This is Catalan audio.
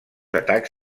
atacs